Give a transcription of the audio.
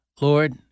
Lord